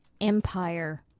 Empire